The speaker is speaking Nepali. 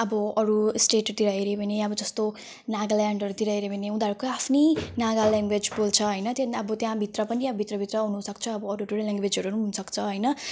अब अरू स्टेटतिर हेर्यो भने अब जस्तो नागाल्यान्डहरूतिर हेर्यो भने उनीहरूको आफ्नै नागा ल्याङ्गवेज बोल्छ होइन त्यहाँ त्यहाँ भित्र पनि अब भित्र भित्र हुनु सक्छ अब अरू अरू ल्याङ्गवेजहरू हुन सक्छ होइन